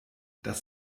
das